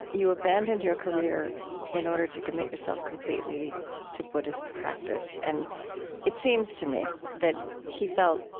you abandoned your career in order to commit yourself completely to buddhist practice. and it seems to me that he felt,